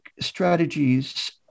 strategies